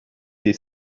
des